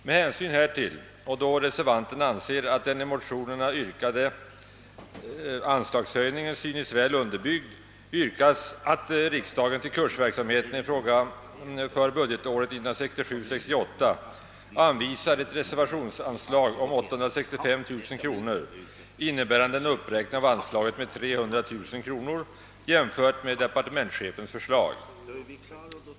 Med hänsyn härtill och då reservanterna anser att den i motionerna yrkade anslagshöjningen är väl underbyggd yrkas att riksdagen till kursverksamheten i fråga för budgetåret 1967/68 anvisar ett reservationsanslag om 865 000 kronor, innebärande en Ökning av anslaget med 300 000 kronor i jämförelse med departementschefens förslag.